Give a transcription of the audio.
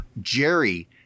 Jerry